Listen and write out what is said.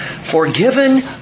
Forgiven